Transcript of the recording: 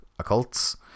occults